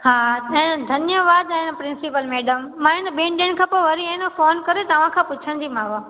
हा ऐं धन्यवादु अन प्रिंसिपल मैडम मां आहिनि ॿिनि ॾींहंनि खां पोइ वरी आहे न फ़ोन करे तव्हां खां पुछंदीमांव